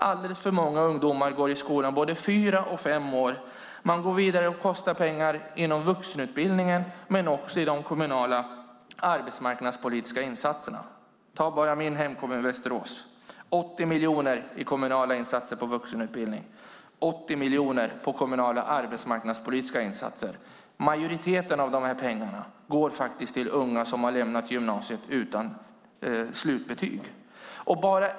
Alldeles för många ungdomar går på gymnasiet både fyra och fem år. Man går vidare och kostar pengar inom vuxenutbildningen, men också i de kommunala arbetsmarknadspolitiska insatserna. Ta bara min hemkommun, Västerås, med 80 miljoner satsade på kommunala insatser för vuxenutbildning och 80 miljoner på kommunala arbetsmarknadspolitiska insatser. Majoriteten av dessa pengar går till unga som har lämnat gymnasiet utan slutbetyg.